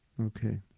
Okay